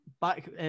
back